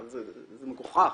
זה מגוחך,